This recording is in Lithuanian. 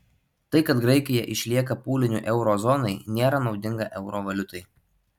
tai kad graikija išlieka pūliniu euro zonai nėra naudinga euro valiutai